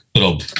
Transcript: Rob